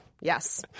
Yes